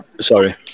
Sorry